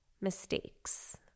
mistakes